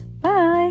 bye